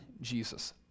Jesus